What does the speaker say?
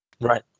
Right